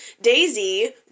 Daisy